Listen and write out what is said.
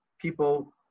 people